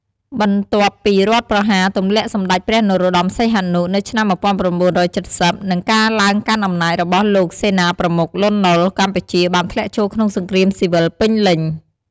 បន្ទាប់ពីរដ្ឋប្រហារទម្លាក់សម្ដេចព្រះនរោត្តម សីហនុ នៅឆ្នាំ១៩៧០ និងការឡើងកាន់អំណាចរបស់លោកសេនាប្រមុខ លន់ នល់ កម្ពុជាបានធ្លាក់ចូលក្នុងសង្គ្រាមស៊ីវិលពេញលេញ។